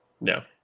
No